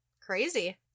Crazy